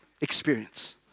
experience